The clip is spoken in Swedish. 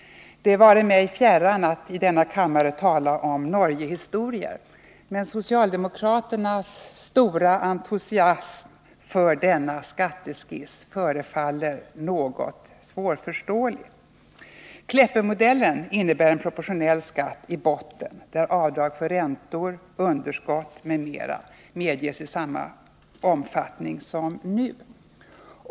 Det vare mig fjärran att i denna kammare tala om Norgehistorier, men socialdemokraternas stora entusiasm för denna skatteskiss förefaller något svårförståelig. Kleppemodellen innebär en proportionell skatt i botten, där avdrag för räntor, underskott m.m. medges i samma omfattning som nu.